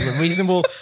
reasonable